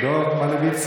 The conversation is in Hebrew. צריך לדבר כדורגל.